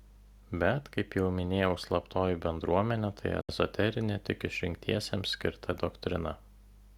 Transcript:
bet kaip jau minėjau slaptoji bendruomenė tai ezoterinė tik išrinktiesiems skirta doktrina